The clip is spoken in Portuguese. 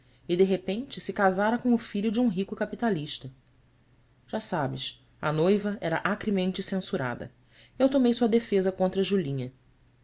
e de repente se casara com o filho de um rico capitalista já sabes a noiva era acremente censurada eu tomei sua defesa contra julinha